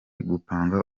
gupanga